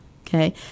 Okay